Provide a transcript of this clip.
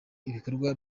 ibikorwa